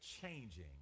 changing